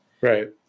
Right